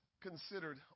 considered